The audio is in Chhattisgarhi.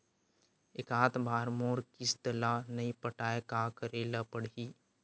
एकात बार मोर किस्त ला नई पटाय का करे ला पड़ही?